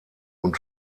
und